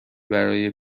برای